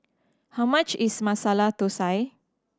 how much is Masala Thosai